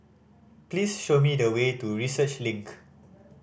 please show me the way to Research Link